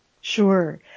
Sure